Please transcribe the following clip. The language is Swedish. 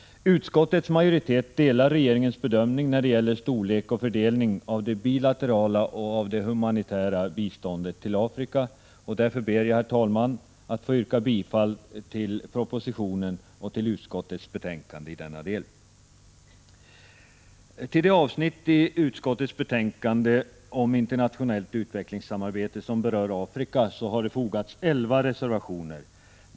Utskottets majoritet delar regeringens bedömning när det gäller storlek och fördelning av det bilaterala och humanitära biståndet till Afrika, och därför ber jag, herr talman, att få yrka bifall till propositionen och till utskottets hemställan i denna del. Till det avsnitt i utrikesutskottets betänkande 1985/86:15 om internationellt utvecklingssamarbete som berör Afrika har fogats elva reservationer.